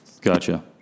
gotcha